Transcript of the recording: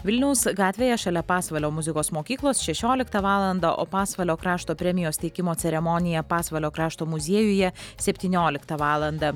vilniaus gatvėje šalia pasvalio muzikos mokyklos šešioliktą valandą o pasvalio krašto premijos teikimo ceremonija pasvalio krašto muziejuje septynioliktą valandą